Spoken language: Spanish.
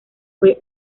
fue